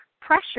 pressure